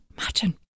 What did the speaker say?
Imagine